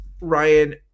Ryan